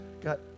got